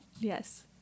Yes